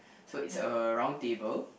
so it's a round table